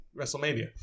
WrestleMania